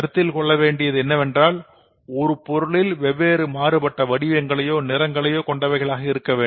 கருத்தில் கொள்ள வேண்டியது என்னவென்றால் ஒரு பொருளில் வெவ்வேறு மாறுபட்ட வடிவங்களோ நிறங்களளோ கொண்டவைகளாக இருக்கலாம்